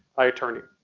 my attorney.